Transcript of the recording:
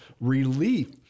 relief